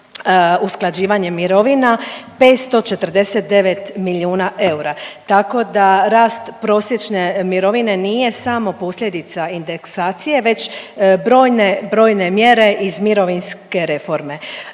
usklađivanje mirovina 549 milijuna eura, tako da rast prosječne mirovine nije samo posljedica indeksacije već brojne, brojne mjere iz mirovinske reforme.